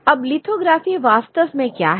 अब लिथोग्राफी वास्तव में क्या है